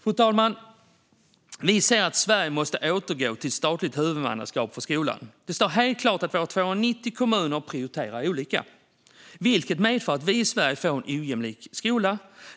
Fru talman! Sverigedemokraterna anser att Sverige måste återgå till ett statligt huvudmannaskap för skolan. Det står helt klart att landets 290 kommuner prioriterar olika, vilket medför att vi i Sverige får en ojämlik skola.